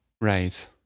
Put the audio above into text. Right